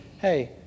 hey